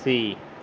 ਸੀ